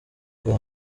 bwa